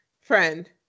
friend